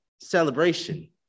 celebration